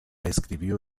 escribió